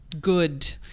good